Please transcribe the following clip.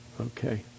Okay